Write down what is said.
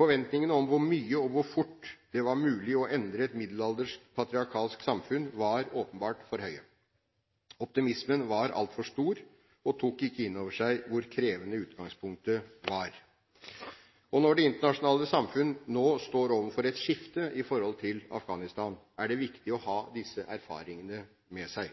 Forventningene om hvor mye og hvor fort det var mulig å endre et middelaldersk, patriarkalsk samfunn var åpenbart for høye. Optimismen var altfor stor og tok ikke inn over seg hvor krevende utgangspunktet var. Når det internasjonale samfunn nå står overfor et skifte i forholdet til Afghanistan, er det viktig å ha disse erfaringene med seg.